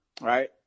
right